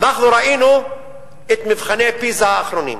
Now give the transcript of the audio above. אנחנו ראינו את מבחני "פיזה" אחרונים,